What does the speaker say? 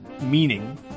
meaning